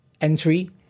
entry